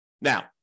Now